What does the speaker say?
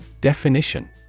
Definition